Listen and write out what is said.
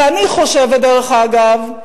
ואני חושבת, דרך אגב,